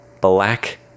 black